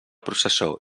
processó